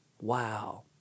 Wow